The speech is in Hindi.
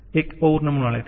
एक और नमूना लेते हैं